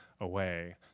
away